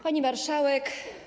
Pani Marszałek!